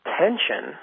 tension